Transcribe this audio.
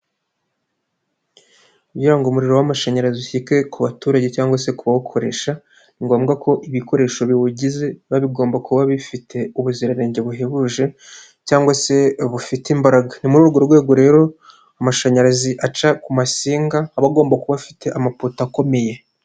Kugira ngo umuriro w'amashanyarazi ushyike ku baturage cyangwa se kuwukoresha. Ni ngombwa ko ibikoresho biwugize biba bigomba kuba bifite ubuziranenge buhebuje cyangwa se bufite imbaraga. Ni muri urwo rwego rero amashanyarazi aca ku masinga aba agomba kuba afite amapoto akomeye.